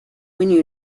when